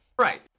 right